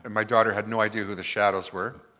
and my daughter had no idea who the shadows were.